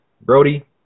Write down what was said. Brody